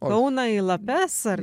kauną į lapes ar